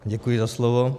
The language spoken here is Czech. Děkuji za slovo.